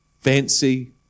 fancy